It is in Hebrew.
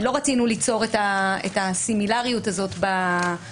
לא רצינו ליצור את הסימילריות הזאת בביטויים.